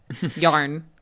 yarn